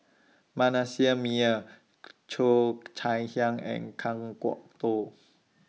Manasseh Meyer Cheo Chai Hiang and Kan Kwok Toh